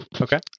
Okay